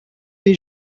les